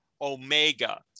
Omega